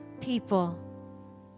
people